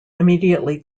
immediately